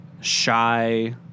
shy